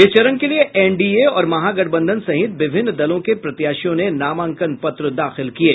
इस चरण के लिये एनडीए और महागठबंधन सहित विभिन्न दलों के प्रत्याशियों ने नामांकन पत्र दाखिल किये